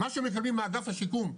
מה שמקבלים מאגף השיקום,